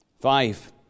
Five